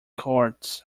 courts